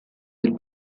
del